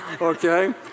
okay